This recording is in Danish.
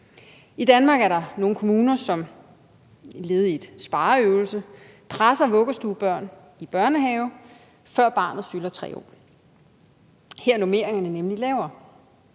I Danmark er der nogle kommuner, der som led i en spareøvelse presser vuggestuebørn i børnehave, før de fylder 3 år. Her er normeringerne nemlig lavere,